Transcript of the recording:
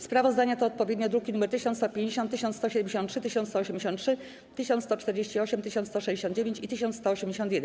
Sprawozdania to odpowiednio druki nr 1150, 1173, 1183, 1148, 1169 i 1181.